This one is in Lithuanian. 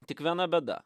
tik viena bėda